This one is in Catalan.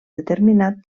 determinat